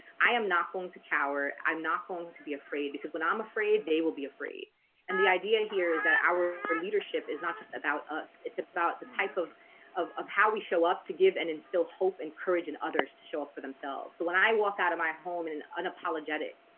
i am not going to cower i'm not going to be afraid because when i'm afraid they will be afraid and the idea here. is that our our leadership is not just about us it's about the type of of of how we show up to give and instill hope and courage and others to show up for themselves so when i walk out of my home and unapologetic,